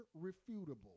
irrefutable